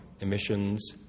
emissions